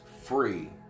free